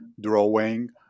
drawing